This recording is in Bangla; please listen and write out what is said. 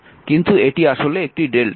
কিন্তু এটি আসলেএকটি Δ